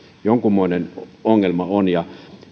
jonkunmoinen ongelma on